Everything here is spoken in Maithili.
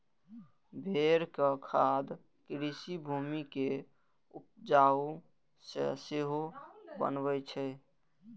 भेड़क खाद कृषि भूमि कें उपजाउ सेहो बनबै छै